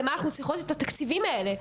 למה אנחנו צריכות את התקציבים האלה,